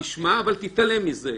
תשמע אבל תתעלם מזה?